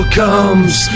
comes